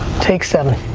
take seven.